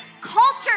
culture